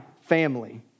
family